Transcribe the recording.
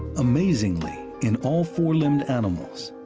amazingly, in all four limbed animals,